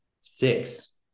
six